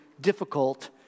difficult